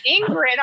Ingrid